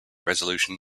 resolution